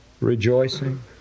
rejoicing